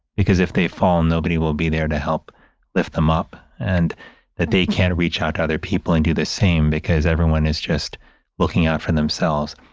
because if they fall, nobody will be there to help lift them up and that they can reach out to other people and do the same because everyone is just looking out for themselves.